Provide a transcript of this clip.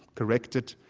correct it,